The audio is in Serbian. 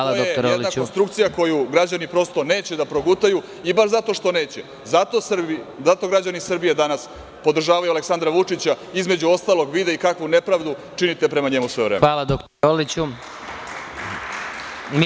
To je jedna konstrukcija koju građani prosto neće da progutaju, i baš zato što neće, zato građani Srbije danas podržavaju Aleksandra Vučića, između ostalog, vide i kakvu nepravdu činite prema njemu sve vreme.